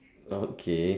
okay